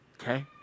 Okay